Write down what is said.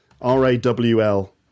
R-A-W-L